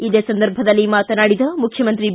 ಇದೇ ಸಂದರ್ಭದಲ್ಲಿ ಮಾತನಾಡಿದ ಮುಖ್ಯಮಂತ್ರಿ ಬಿ